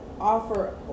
offer